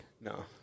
No